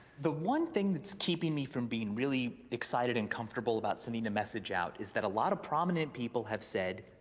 the one thing that's keeping me from being really excited and comfortable about sending a message out is that a lot of prominent people have said,